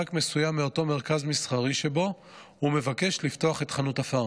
במרחק מסוים מאותו מרכז מסחרי שבו הוא מבקש לפתוח את חנות הפארם.